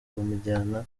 bamujyana